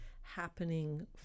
happening